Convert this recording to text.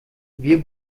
wir